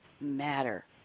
matter